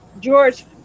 George